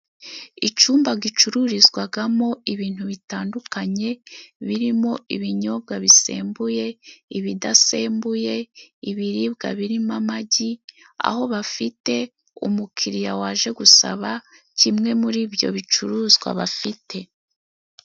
Icumba gicururizwagamo ibintu bitandukanye, birimo ibinyobwa bisembuye, ibidasembuye, ibiribwa birimo amagi, aho bafite umukiriya waje gusaba kimwe muri ibyo bicuruzwa bafite.